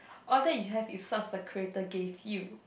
all that you have is what the creator gave you